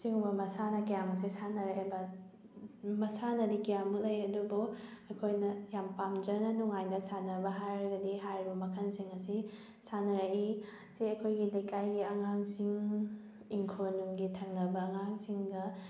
ꯑꯁꯤꯒꯨꯝꯕ ꯃꯁꯥꯟꯅ ꯀꯌꯥꯝꯃꯨꯛꯁꯦ ꯁꯥꯟꯅꯔꯛꯑꯦꯕ ꯃꯁꯥꯟꯅꯗꯤ ꯀꯌꯥꯃꯨꯛ ꯂꯩ ꯑꯗꯨꯕꯨ ꯑꯩꯈꯣꯏꯅ ꯌꯥꯝ ꯄꯥꯝꯖꯅ ꯅꯨꯉꯥꯏꯅ ꯁꯥꯟꯅꯕ ꯍꯥꯏꯔꯒꯗꯤ ꯍꯥꯏꯔꯤꯕ ꯃꯈꯜꯁꯤꯡ ꯑꯁꯤ ꯁꯥꯟꯅꯔꯛꯏ ꯁꯤ ꯑꯩꯈꯣꯏꯒꯤ ꯂꯩꯀꯥꯏꯒꯤ ꯑꯉꯥꯡꯁꯤꯡ ꯏꯪꯈꯣꯜꯂꯣꯝꯒꯤ ꯊꯪꯅꯕ ꯑꯉꯥꯡꯁꯤꯡꯒ